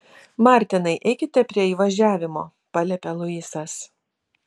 martinai eikite prie įvažiavimo paliepia luisas